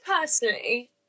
personally